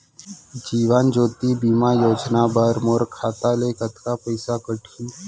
जीवन ज्योति बीमा योजना बर मोर खाता ले कतका पइसा कटही?